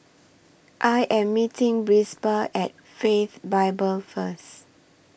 I Am meeting At Faith Bible First